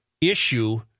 issue